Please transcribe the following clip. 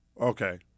Okay